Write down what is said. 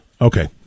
Okay